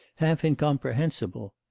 half-incomprehensible.